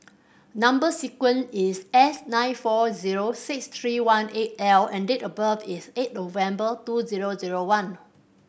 number sequence is S nine four zero six three one eight L and date of birth is eight November two zero zero one